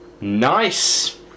Nice